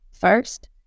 First